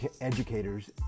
educators